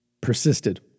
persisted